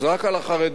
זה רק על החרדים,